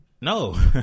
no